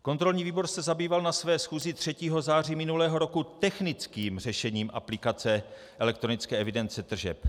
Kontrolní výbor se zabýval na své schůzi 3. září minulého roku technickým řešením aplikace elektronické evidence tržeb.